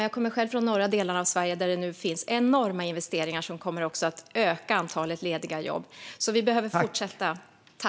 Jag kommer själv från de norra delarna av Sverige, herr talman, där det nu görs enorma investeringar som också kommer att öka antalet lediga jobb. Vi behöver fortsätta.